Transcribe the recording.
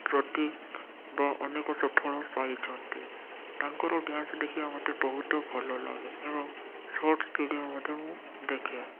ପ୍ରତି ବା ଅନେକ ସଫଳ ପାଇଛନ୍ତି ତାଙ୍କର ଡ୍ୟାନ୍ସ୍ ଦେଖିବା ମୋତେ ବହୁତ ଭଲ ଲାଗେ ଏବଂ ସର୍ଟସ୍ ଭିଡ଼ିଓ ମଧ୍ୟ ମୁଁ ଦେଖେ